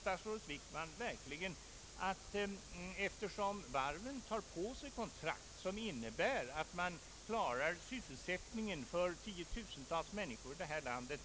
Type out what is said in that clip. statsrådet Wickman verkligen att varven inte bör ta på sig kontrakt som innebär att de klarar sysselsättningen för tiotusentals människor i det här landet?